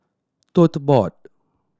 Tote Board